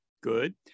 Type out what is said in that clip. good